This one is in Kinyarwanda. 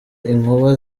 inkuba